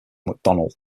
mcdonnell